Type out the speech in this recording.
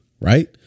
Right